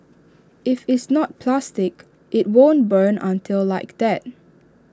if it's not plastic IT won't burn until like that